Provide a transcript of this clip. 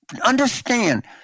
Understand